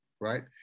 right